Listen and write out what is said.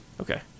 Okay